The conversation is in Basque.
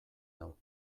nau